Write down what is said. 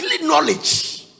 knowledge